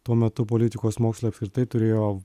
tuo metu politikos mokslai apskritai turėjo